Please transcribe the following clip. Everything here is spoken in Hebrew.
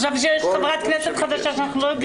חשבתי שיש חברת כנסת חדשה שאנחנו לא מכירים אותה.